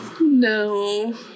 no